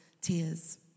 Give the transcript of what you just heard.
tears